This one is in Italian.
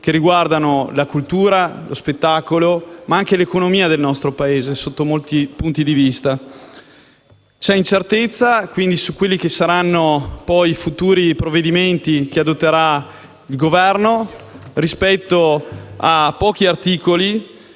che riguardano la cultura, lo spettacolo, ma anche l'economia del nostro Paese sotto molti punti di vista. Vi è incertezza su quelli che saranno i futuri provvedimenti che adotterà il Governo rispetto a pochi articoli